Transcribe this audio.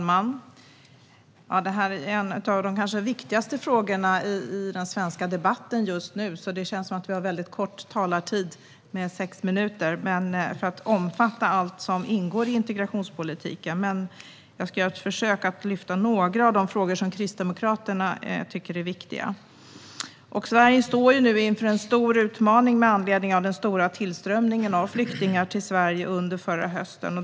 Herr talman! Integrationen är en av de viktigaste frågorna i den svenska debatten just nu. Det känns som att vi har en kort talartid med sex minuter för att omfatta allt som ingår i integrationspolitiken. Jag ska göra ett försök att lyfta upp några av de frågor som Kristdemokraterna tycker är viktiga. Sverige står nu inför en stor utmaning med anledning av den stora tillströmningen av flyktingar till Sverige under förra hösten.